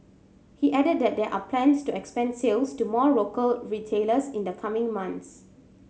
he added that there are plans to expand sales to more local retailers in the coming months